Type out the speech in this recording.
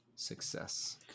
Success